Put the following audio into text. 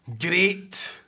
great